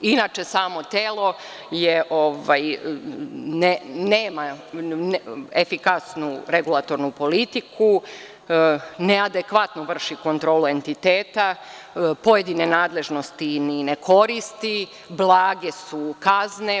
Inače, samo telo nema efikasnu regulatornu politiku, neadekvatno vrši kontrolu entiteta, pojedine nadležnosti i ne koristi, blage su kazne.